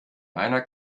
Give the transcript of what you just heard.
meiner